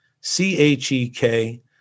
C-H-E-K